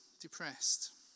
depressed